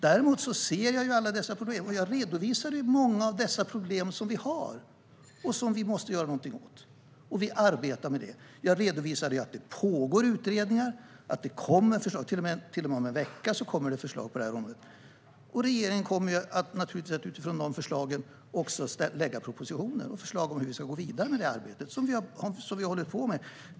Däremot ser jag alla problem som vi har och som vi måste göra något åt, och jag redovisade många av dem. Vi arbetar med detta. Jag redovisade att det pågår utredningar och att det kommer förslag. Det kommer till och med förslag på detta område om en vecka, och regeringen kommer utifrån dessa att lägga fram propositioner och förslag om hur vi ska gå vidare med arbetet.